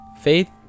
Faith